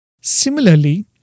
Similarly